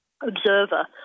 observer